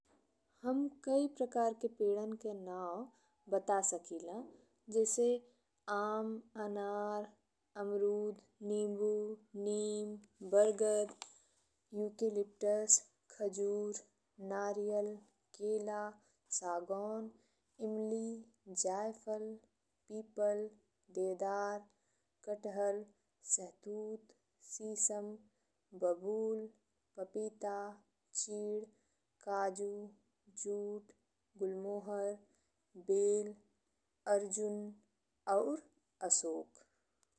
हम कई प्रकार के पेड़न के नाव बता सकिला। जइसन आम, अनार, अमरूद, नींबू, नीम, बरगद, यू के लिप्टस, खजूर, नारियल, केला, सागौन, इमली, जायफल, पीपल, देवदार, कटहल, सहतूत, शीशम, बबूल, पपीता, चीड, काजू, जूट, गुलमोहर, बेर, अर्जुन और अशोक।